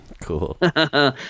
cool